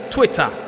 Twitter